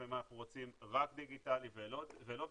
לפעמים אנחנו רוצים רק דיגיטלי ולא ביומטרי,